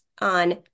on